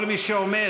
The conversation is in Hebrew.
כל מי שעומד,